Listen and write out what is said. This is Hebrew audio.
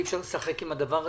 אי אפשר לשחק עם הדבר הזה.